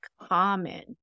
common